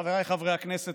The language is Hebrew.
חבריי חברי הכנסת,